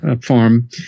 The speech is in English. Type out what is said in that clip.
Farm